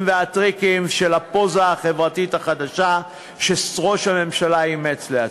והטריקים של הפוזה החברתית החדשה שראש הממשלה אימץ לעצמו.